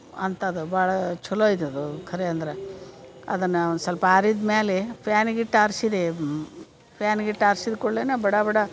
ಅಂತದ ಭಾಳ ಚಲೋ ಐತೆ ಅದು ಕರೇ ಅಂದ್ರೆ ಅದನ್ನ ಒಂದು ಸ್ವಲ್ಪ ಆರಿದ ಮ್ಯಾಲೆ ಫ್ಯಾನಿಗೆ ಇಟ್ಟು ಆರ್ಸಿದೆ ಫ್ಯಾನಿಗೆ ಇಟ್ಟು ಆರ್ಸಿದ ಕೂಡ್ಲೆನ ಬಡ ಬಡ